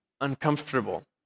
uncomfortable